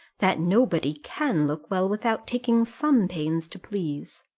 that nobody can look well without taking some pains to please.